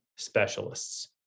specialists